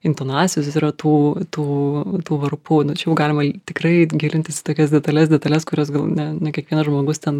intonacijos jis yra tų tų varpų nu čia jau galima į tikrai gilintis į tokias detales detales kurias gal ne ne kiekvienas žmogus ten